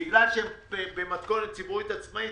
בגלל שהם במתכונת ציבורית עצמאית,